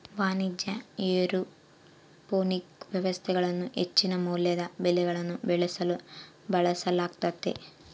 ವಾಣಿಜ್ಯ ಏರೋಪೋನಿಕ್ ವ್ಯವಸ್ಥೆಗಳನ್ನು ಹೆಚ್ಚಿನ ಮೌಲ್ಯದ ಬೆಳೆಗಳನ್ನು ಬೆಳೆಸಲು ಬಳಸಲಾಗ್ತತೆ